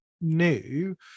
new